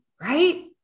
right